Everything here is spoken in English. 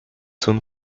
soon